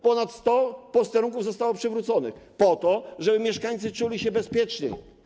Ponad 100 posterunków zostało przywróconych po to, żeby mieszkańcy czuli się bezpieczniej.